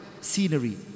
scenery